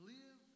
Live